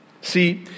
See